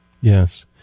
Yes